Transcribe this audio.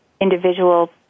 individual